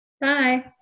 bye